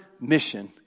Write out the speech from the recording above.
mission